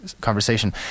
conversation